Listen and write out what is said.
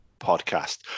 podcast